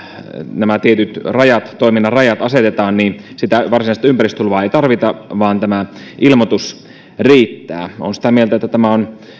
nämä tietyt toiminnan rajat asetetaan sitä varsinaista ympäristölupaa ei tarvita vaan tämä ilmoitus riittää olen sitä mieltä että tämä on